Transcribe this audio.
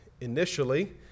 initially